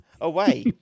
away